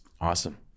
Awesome